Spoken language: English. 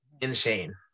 insane